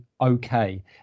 okay